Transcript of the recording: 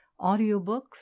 audiobooks